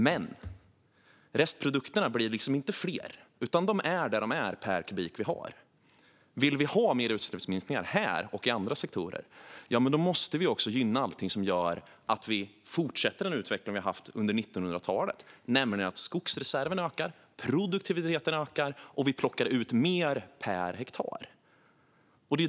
Men restprodukterna blir liksom inte fler, utan de är vad de är per kubikmeter som vi har. Vill vi ha mer utsläppsminskningar här och i andra sektorer måste vi gynna allting som gör att den utveckling som vi har haft under 1900-talet fortsätter, nämligen att skogsreserverna och produktiviteten ökar och att vi plockar ut mer per hektar.